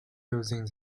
using